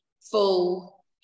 full